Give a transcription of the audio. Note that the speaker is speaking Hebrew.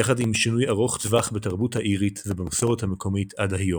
יחד עם שינוי ארוך טווח בתרבות האירית ובמסורת המקומית עד היום.